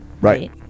Right